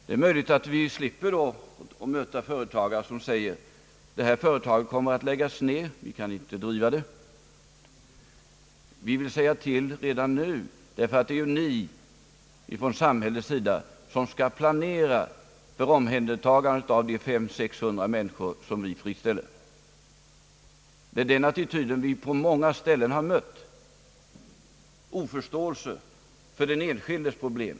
Det är möjligt att vi då slipper möta företagare som säger: »Detta företag kommer att läggas ner — vi kan inte driva det. Vi vill säga till redan nu, därför att det är ni från samhällets sida som skall planera för omhändertagande av de 500 å 600 personer som blir friställda.» Det är den attityden som vi på många ställen har mött, nämligen brist på förståelse för den enskildes problem.